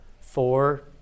four